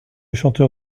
chanteur